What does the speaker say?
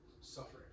suffering